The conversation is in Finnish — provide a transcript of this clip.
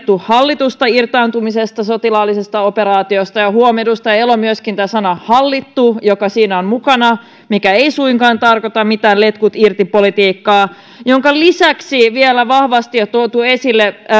hallitusta irtaantumisesta sotilaallisesta operaatiosta ja huom edustaja elo tämä sana hallittu joka siinä on mukana ei suinkaan tarkoita mitään letkut irti politiikkaa ja sen lisäksi vielä vahvasti on tuotu esille